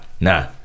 nah